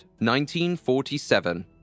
1947